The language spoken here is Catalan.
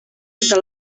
entre